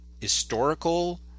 historical